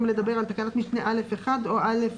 לדבר על תקנת משנה (א)(1) או (א)(2),